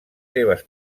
seves